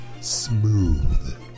Smooth